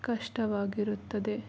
ಕಷ್ಟವಾಗಿರುತ್ತದೆ